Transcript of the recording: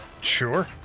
sure